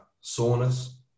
soreness